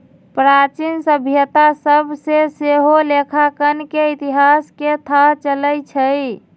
प्राचीन सभ्यता सभ से सेहो लेखांकन के इतिहास के थाह चलइ छइ